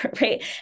right